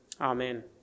Amen